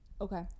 Okay